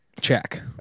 Check